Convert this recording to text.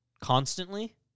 constantly